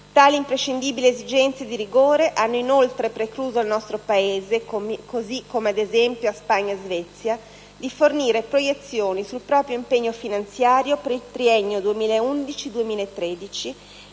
Tali imprescindibili esigenze di rigore hanno, inoltre, precluso al nostro Paese - così come, ad esempio, a Spagna e Svezia - di fornire proiezioni sul proprio impegno finanziario per il triennio 2011-2013,